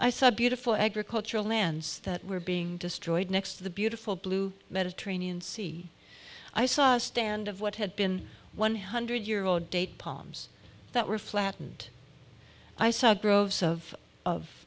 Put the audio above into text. i saw a beautiful agricultural lands that were being destroyed next to the beautiful blue mediterranean sea i saw a stand of what had been one hundred year old date palms that were flattened i saw groves of of